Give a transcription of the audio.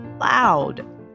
loud